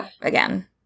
again